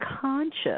conscious